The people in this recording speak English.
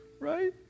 Right